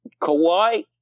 Kawhi